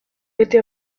été